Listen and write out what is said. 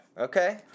Okay